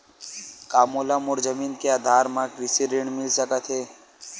का मोला मोर जमीन के आधार म कृषि ऋण मिल सकत हे?